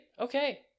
Okay